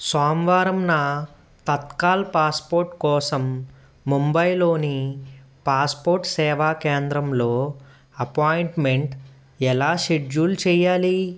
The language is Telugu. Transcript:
సోమవారంన తత్కాల్ పాస్పోర్ట్ కోసం ముంబైలోని పాస్పోర్ట్ సేవా కేంద్రంలో అపాయింట్మెంట్ ఎలా షెడ్యూల్ చెయ్యాలి